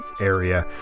area